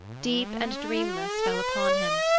deep and dreamless, fell upon him,